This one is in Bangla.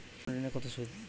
কোন ঋণে কত সুদ?